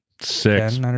Six